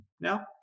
Now